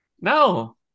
No